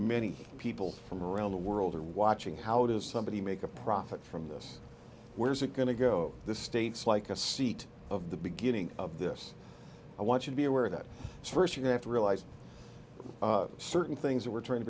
many people from around the world are watching how does somebody make a profit from this where's it going to go the states like a seat of the beginning of this i want you to be aware that first you have to realize certain things that we're trying to